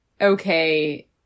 okay